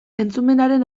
entzumenaren